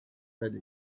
ready